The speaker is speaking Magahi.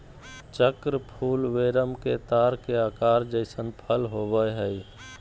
चक्र फूल वेरम के तार के आकार जइसन फल होबैय हइ